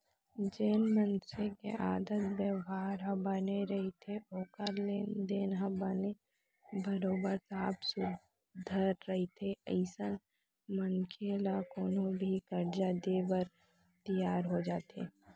जेन मनसे के आदत बेवहार ह बने रहिथे ओखर लेन देन ह बने बरोबर साफ सुथरा रहिथे अइसन मनखे ल कोनो भी करजा देय बर तियार हो जाथे